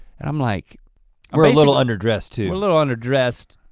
and i'm like we're a little underdressed too. a little underdressed.